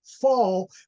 fall